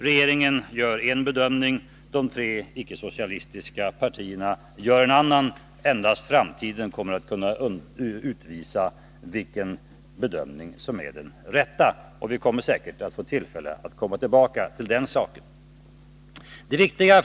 Regeringen gör en bedömning, de tre icke-socialistiska partierna en annan. Endast framtiden kommer att kunna utvisa vilken bedömning som är den rätta, och vi kommer säkert att få tillfälle att komma tillbaka till den saken. Herr talman!